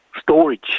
storage